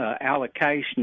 allocation